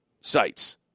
sites